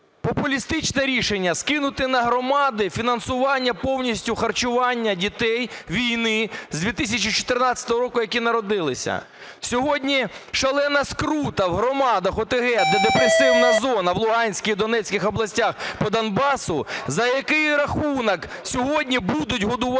популістичне рішення, скинути на громади фінансування повністю харчування дітей війни з 2014 року, які народилися. Сьогодні шалена скрута в громадах, ОТГ, де депресивна зона, в Луганській і Донецькій областях, по Донбасу. За який рахунок сьогодні будуть годувати